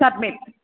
submit